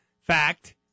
fact